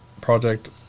project